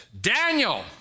Daniel